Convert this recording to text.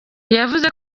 yavuze